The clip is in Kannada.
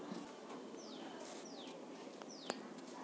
ಮೊಬೈಲ್ ಫೋನ್ಯಾಗ ನಾವ್ ದಿನಾ ಮಾರುಕಟ್ಟೆ ರೇಟ್ ಮಾಹಿತಿನ ಹೆಂಗ್ ಪಡಿಬೋದು?